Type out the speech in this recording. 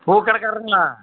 பூ கடைக்காரருங்களா